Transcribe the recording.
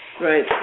Right